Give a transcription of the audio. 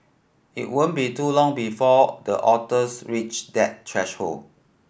it won't be too long before the otters reach that threshold